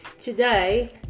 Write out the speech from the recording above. Today